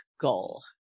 goal